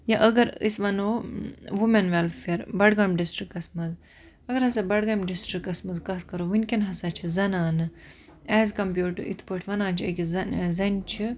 یا اَگَر أسۍ وَنو وُمین ویٚلفیر بَڈگامہِ ڈِسٹرکَس مَنٛز اَگَر ہَسا بَڈگام ڈِسٹرکَس مَنٛز کتھ کَرو وُنکیٚن ہَسا چھِ زَنانہٕ ایٚز کَمپِیٛٲڈ ٹُو یِتھٕ پٲٹھۍ وَنان چھِ أکِس زَنہِ زَنہِ چھِ